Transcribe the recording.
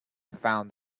found